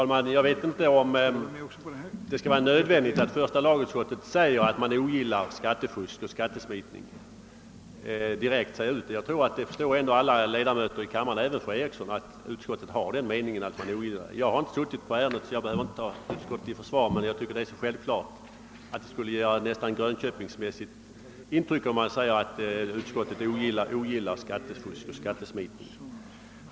Herr talman! Jag tycker inte att det är nödvändigt att första lagutskottet skall skriva att det ogillar skattefusk och skattesmitning. Jag tror att alla ledamöter av kammaren, även fru Eriksson i Stockholm, förstår att så är fallet. Jag behöver ju i och för sig inte ta utskottet i försvar — jag har inte suttit på ärendet — men jag tycker att det skulle göra ett nästan grönköpingsmässigt intryck, om utskottet skulle uttala att det ogillar skattefusk och skattesmitning.